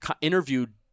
interviewed